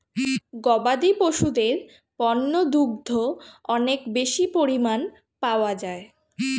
গবাদি পশুদের পণ্য দুগ্ধ অনেক বেশি পরিমাণ পাওয়া যায়